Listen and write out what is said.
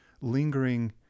lingering